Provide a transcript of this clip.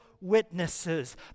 witnesses